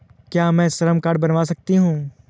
क्या मैं श्रम कार्ड बनवा सकती हूँ?